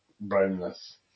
brownness